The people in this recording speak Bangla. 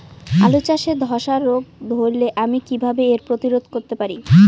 আলু চাষে ধসা রোগ ধরলে আমি কীভাবে এর প্রতিরোধ করতে পারি?